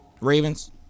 Ravens